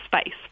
space